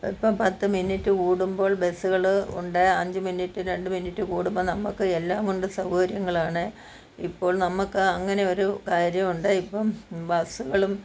ഇപ്പോള് പത്ത് മിനിറ്റ് കൂടുമ്പോൾ ബസ്സുകള് ഉണ്ട് അഞ്ച് മിനുട്ട് രണ്ട് മിനുട്ട് കൂടുമ്പോള് നമ്മള്ക്ക് എല്ലാം കൊണ്ടും സൗകര്യങ്ങളാണ് ഇപ്പോൾ നമ്മള്ക്ക് അങ്ങനെയൊരു കാര്യമുണ്ട് ഇപ്പോള് ബസ്സുകളും